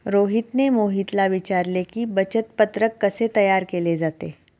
रोहितने मोहितला विचारले की, बचत पत्रक कसे तयार केले जाते?